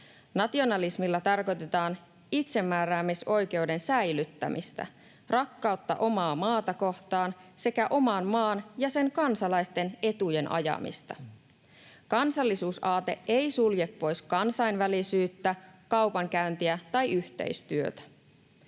Nationalismilla tarkoitetaan itsemääräämisoikeuden säilyttämistä, rakkautta omaa maata kohtaan sekä oman maan ja sen kansalaisten etujen ajamista. Kansallisuusaate ei sulje pois kansainvälisyyttä, kaupankäyntiä tai yhteistyötä.